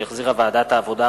שהחזירה ועדת העבודה,